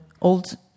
old